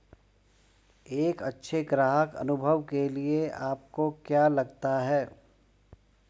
एक अच्छे ग्राहक अनुभव के लिए आपको क्या लगता है?